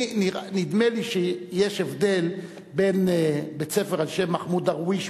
נדמה לי שיש הבדל בין בית-ספר על שם מחמוד דרוויש